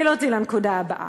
וזה מוביל אותי לנקודה הבאה.